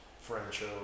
French